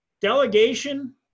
delegation